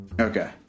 Okay